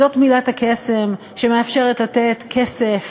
זאת מילת הקסם שמאפשרת לתת כסף